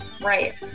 Right